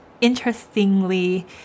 interestingly